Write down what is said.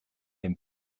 dem